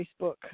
Facebook